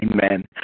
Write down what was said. Amen